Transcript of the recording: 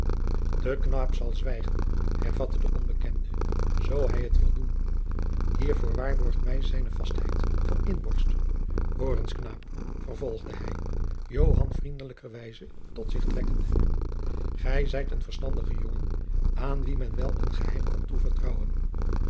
de knaap zal zwijgen hervatte de onbekende zoo hij het wil doen hiervoor waarborgt mij zijne vastheid van inborst hoor eens knaap vervolgde hij joan vriendelijkerwijze tot zich trekkende gij zijt een verstandige jongen aan wien men wel een geheim kan toevertrouwen